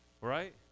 right